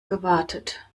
gewartet